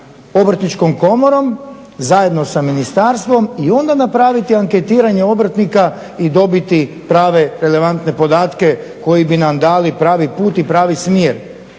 Obrtničkom komorom, zajedno sa ministarstvom i onda napraviti anketiranje obrtnika i dobiti prave relevantne podatke koji bi nam dali pravi put i pravi smjer.